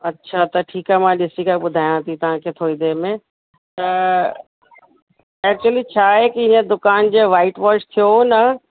अच्छा त ठीकु आहे मां ॾिसी करे ॿुधायांव थी तव्हांखे थोरी देरि में त एक्चुअली छा आहे की हीअ दुकान जो व्हाइट वॉश थियो हो न